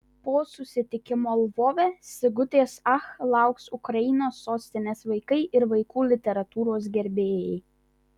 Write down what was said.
po susitikimo lvove sigutės ach lauks ukrainos sostinės vaikai ir vaikų literatūros gerbėjai